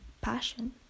passion